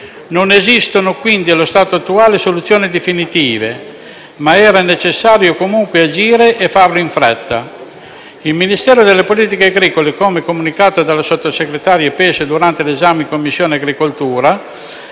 Non esistono, quindi, allo stato attuale soluzioni definitive, ma era necessario comunque agire e in fretta. Il Ministero delle politiche agricole, come comunicato dalla sottosegretaria Pesce durante l'esame in Commissione agricoltura,